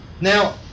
Now